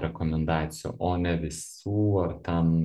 rekomendacijų o ne visų ar ten